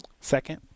Second